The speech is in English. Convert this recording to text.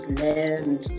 land